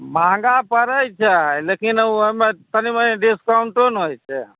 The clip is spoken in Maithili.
महँगा पड़ै छै लेकिन ओ ओहिमे तनी मनी डिस्काउन्टो ने होइ छै